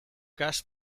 cas